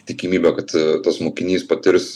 tikimybė kad tas mokinys patirs